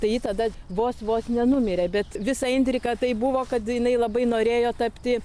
tai ji tada vos vos nenumirė bet visa intriga tai buvo kad jinai labai norėjo tapti